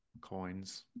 coins